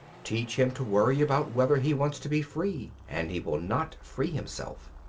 teach him to worry about whether he wants to be free, and he will not free himself.